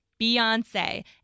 Beyonce